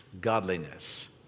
godliness